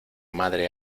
madre